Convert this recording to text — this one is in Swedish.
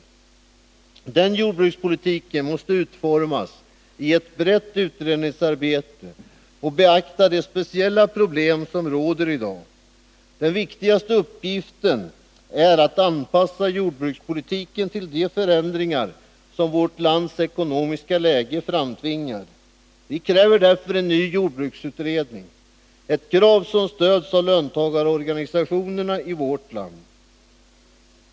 Denna jordbrukspolitik måste utformas i ett brett utredningsarbete, som beaktar de speciella problem som i dag råder. Den viktigaste uppgiften är att anpassa jordbrukspolitiken till de förändringar som vårt lands ekonomiska läge framtvingar. Vi kräver därför en ny jordbruksutredning. Det är ett krav som stöds av löntagarorganisationerna i vårt land.